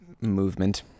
movement